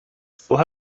still